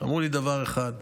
אמרו לי דבר אחד: